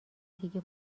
دیگه